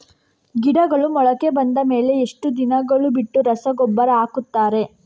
ಗಿಡಗಳು ಮೊಳಕೆ ಬಂದ ಮೇಲೆ ಎಷ್ಟು ದಿನಗಳು ಬಿಟ್ಟು ರಸಗೊಬ್ಬರ ಹಾಕುತ್ತಾರೆ?